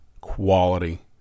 quality